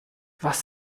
was